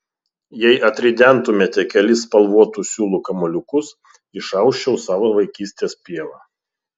jei atridentumėte kelis spalvotų siūlų kamuoliukus išausčiau savo vaikystės pievą